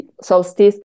solstice